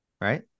right